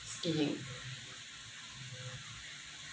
skiing